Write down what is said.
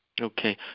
Okay